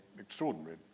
extraordinary